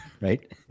right